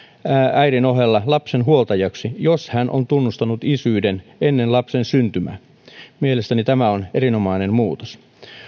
äidin ohella lapsen huoltajaksi jos hän on tunnustanut isyyden ennen lapsen syntymää mielestäni tämä on erinomainen muutos